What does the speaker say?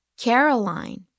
Caroline